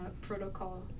protocol